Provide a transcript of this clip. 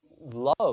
love